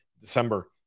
December